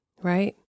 right